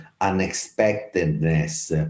unexpectedness